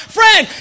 Friend